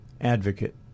advocate